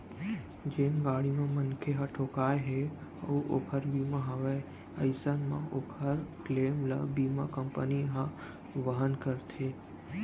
जेन गाड़ी ले मनखे ह ठोंकाय हे अउ ओकर बीमा हवय अइसन म ओकर क्लेम ल बीमा कंपनी ह वहन करथे